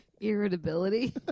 Irritability